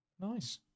Nice